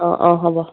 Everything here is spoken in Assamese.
অঁ অঁ হ'ব